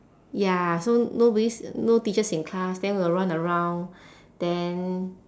ya so nobody's no teachers in class then we will run around then